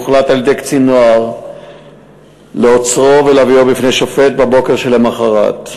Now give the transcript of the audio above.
הוחלט על-ידי קצין נוער לעוצרו ולהביאו בפני שופט בבוקר שלמחרת.